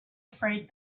freight